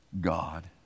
God